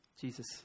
Jesus